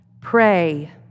pray